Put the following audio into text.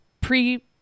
pre